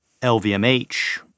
LVMH